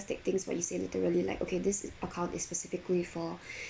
take things for you say literally like okay this account is specifically for